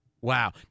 Wow